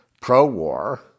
pro-war